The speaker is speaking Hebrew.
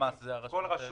מידע על כל רשות.